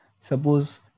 Suppose